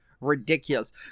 ridiculous